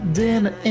dinner